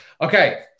okay